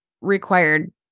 required